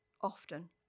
often